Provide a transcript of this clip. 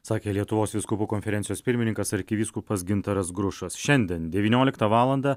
sakė lietuvos vyskupų konferencijos pirmininkas arkivyskupas gintaras grušas šiandien devynioliktą valandą